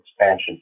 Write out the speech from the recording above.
expansion